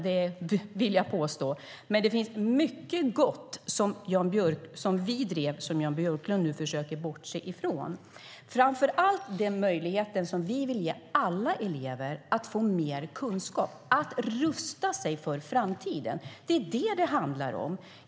Det vill jag påstå, men det finns mycket gott som vi drev och som Jan Björklund nu försöker bortse ifrån. Det gäller framför allt den möjlighet att få mer kunskap och rusta sig för framtiden som vi vill ge alla elever. Det är detta det handlar om.